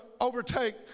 overtake